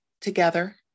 together